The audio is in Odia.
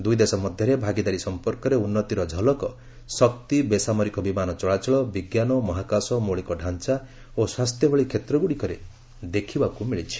ଦୁଇଦେଶ ମଧ୍ୟରେ ଭାଗିଦାରୀ ସଂପର୍କରେ ଉନ୍ନତିର ଝଲକ ଶକ୍ତି ବେସାମରିକ ବିମାନ ଚଳାଚଳ ବିଙ୍କାନ ମହାକାଶ ମୌଳିକ ଡ଼ାଞ୍ଚା ଓ ସ୍ୱାସ୍ଥ୍ୟ ଭଳି କ୍ଷେତ୍ରଗୁଡ଼ିକରେ ଦେଖିବାକୁ ମିଳିଛି